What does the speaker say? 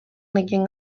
nekien